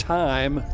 time